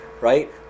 right